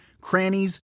crannies